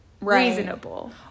reasonable